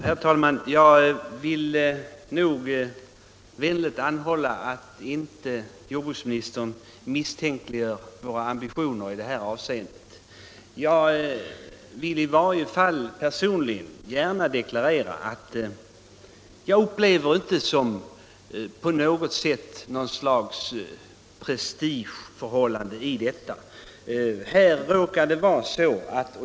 Herr talman! Jag vill i all vänlighet anhålla om att jordbruksministern inte misstänkliggör våra ambitioner. Personligen kan jag deklarera att jag inte på något sätt upplever en prestigekamp i det här avseendet.